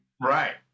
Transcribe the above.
right